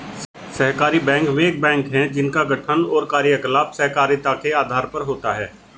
सहकारी बैंक वे बैंक हैं जिनका गठन और कार्यकलाप सहकारिता के आधार पर होता है